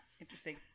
Interesting